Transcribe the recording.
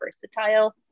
versatile